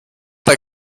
der